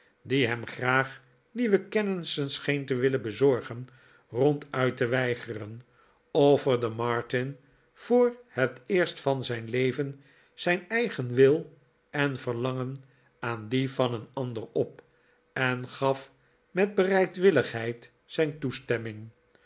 die hem graag nieuwe kennissen scheen te willen bezorgen ronduit te weigeren offerde martin voor het eerst van zijn leven zijn eigen wil en verlangen aan die van een ander op en gaf met bereidwilligheid zijn toestemming